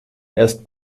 erst